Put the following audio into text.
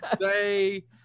say